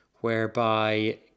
whereby